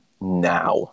now